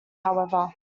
however